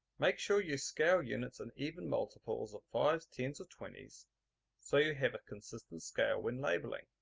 make sure you scale units in even multiples of fives, tens or twenties so you have a consistent scale when labeling.